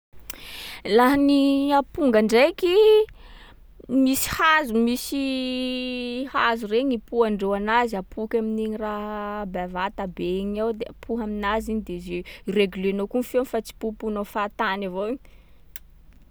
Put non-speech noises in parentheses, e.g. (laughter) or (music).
(noise) Laha ny amponga ndraiky, misy hazo- misy (hesitation) hazo regny ipohandreo anazy. Apoky amin’igny raha bavata be igny ao de apoha aminazy iny de ze- reglenao koa ny feony fa tsy popohanao fahatany avao io.